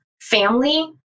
family